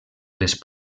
les